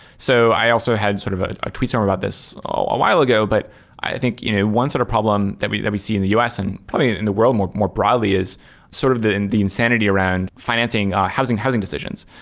so i also had sort of a i tweeted about this a while ago, but i think you know one sort of problem that we that we see in the us and probably in in the world more more broadly is sort of the insanity around financing housing housing decisions.